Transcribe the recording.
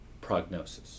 prognosis